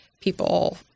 people